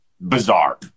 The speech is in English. bizarre